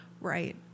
right